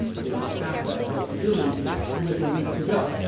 and they passed that flexibility with a week to go.